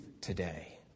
today